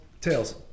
tails